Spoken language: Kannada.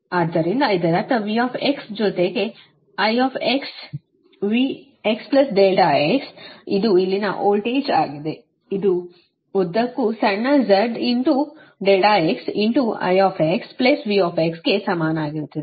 ಆದ್ದರಿಂದ ಇದರರ್ಥ V ಜೊತೆಗೆ I V x∆x ಇದು ಇಲ್ಲಿನ ವೋಲ್ಟೇಜ್ ಆಗಿದೆ ಇದರ ಉದ್ದಕ್ಕೂ ಸಣ್ಣ z ∆x I V ಗೆ ಸಮಾನವಾಗಿರುತ್ತದೆ